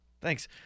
Thanks